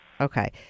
okay